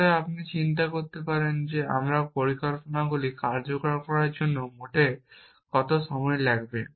তারপরে আপনি চিন্তা করতে পারেন যে আমার পরিকল্পনাটি কার্যকর করার জন্য মোট কত সময় লাগবে